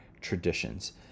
traditions